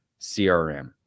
CRM